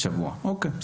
לפני שבוע אוקי.